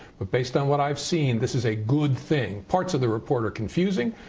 but based on what i've seen, this is a good thing. parts of the report are confusing.